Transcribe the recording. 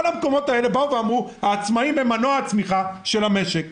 כל המדינות האלה אמרו שהעצמאים הם מנוע הצמיחה של המשק,